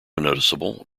noticeable